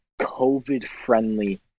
COVID-friendly